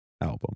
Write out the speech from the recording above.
album